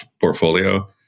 portfolio